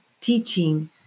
teaching